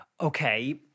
Okay